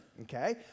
Okay